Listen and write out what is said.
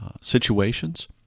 situations